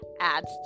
adds